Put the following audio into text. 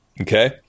Okay